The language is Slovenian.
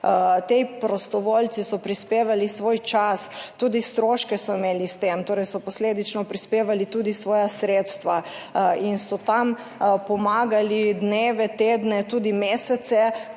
Ti prostovoljci so prispevali svoj čas, tudi stroške so imeli s tem, torej so posledično prispevali tudi svoja sredstva in so tam pomagali dneve, tedne, tudi mesece,